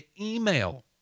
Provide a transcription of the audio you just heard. email